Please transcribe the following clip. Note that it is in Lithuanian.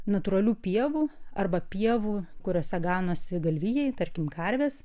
natūralių pievų arba pievų kuriose ganosi galvijai tarkim karvės